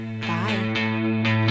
bye